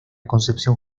concepción